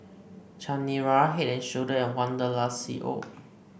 Chanira Head And Shoulder and Wanderlust C O